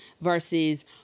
versus